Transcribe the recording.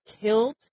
killed